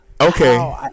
Okay